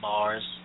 Mars